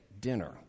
dinner